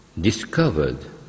discovered